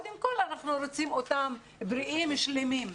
אלא קודם כל אנחנו רוצים אותם בריאים ושלמים.